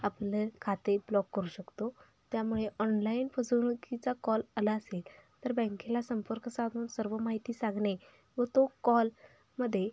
आपलं खाते ब्लॉक करू शकतो त्यामुळे ऑनलाईन फसवणूकीचा कॉल आला असेल तर बँकेला संपर्क साधून सर्व माहिती सांगणे व तो कॉलमध्ये